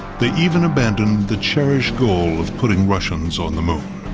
they even abandoned the cherished goal of putting russians on the moon.